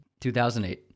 2008